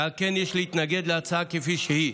ועל כן יש להתנגד להצעה כפי שהיא.